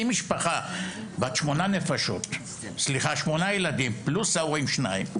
אם משפחה בת שמונה ילדים פלוס ההורים שניים,